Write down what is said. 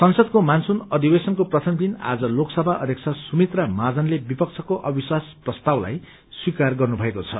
संसदको मनसून अधिवेशनको प्रथम दिन आज लोकसभा अध्यक्ष सुमित्रा महाजनले विपक्षको अविश्वास प्रस्तावलाई स्वीकार गर्नुभएको छ